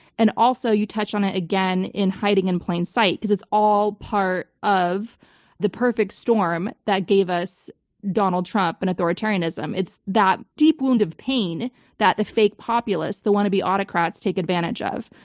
and also, you touched on it again in hiding in plain sight because it's all part of the perfect storm that gave us donald trump and authoritarianism. it's that deep wound of pain that the fake populists, the wannabe autocrats, take advantage of.